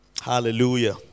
Hallelujah